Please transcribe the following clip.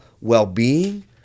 well-being